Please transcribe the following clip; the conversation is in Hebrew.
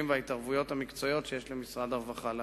וההתערבויות המקצועיות שיש למשרד הרווחה להציע.